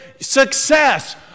success